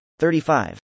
35